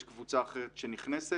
ויש קבוצה אחרת שנכנסת.